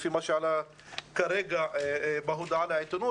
לפי מה שעלה כרגע בהודעה לעיתונות